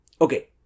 Okay